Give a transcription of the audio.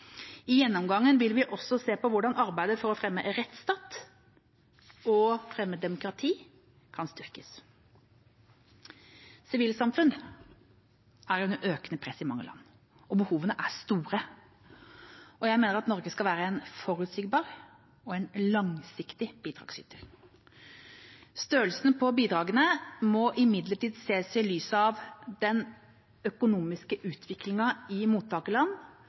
I gjennomgangen vil vi også se på hvordan arbeidet for å fremme rettstat og demokrati kan styrkes. Sivilsamfunnet er under økende press i mange land, og behovene er store. Jeg mener at Norge skal være en forutsigbar og langsiktig bidragsyter. Størrelsen på bidragene må imidlertid ses i lys av om den økonomiske utviklingen i mottakerland